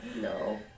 No